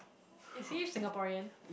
is he Singaporean